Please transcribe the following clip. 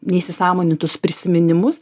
neįsisąmonintus prisiminimus